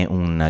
un